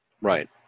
right